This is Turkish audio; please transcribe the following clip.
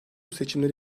seçimleri